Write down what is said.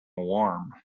warm